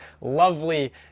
lovely